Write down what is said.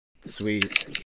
Sweet